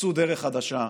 תחפשו דרך חדשה,